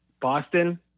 Boston